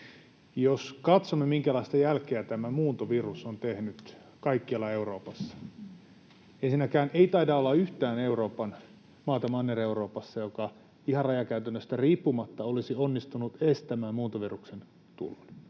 Jos katsomme, minkälaista jälkeä tämä muuntovirus on tehnyt kaikkialla Euroopassa, niin ensinnäkään ei taida olla yhtään maata Manner-Euroopassa, joka ihan rajakäytännöistä riippumatta olisi onnistunut estämään muuntoviruksen tulon.